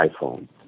iPhone